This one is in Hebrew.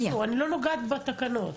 --- אני לא נוגעת בתקנות.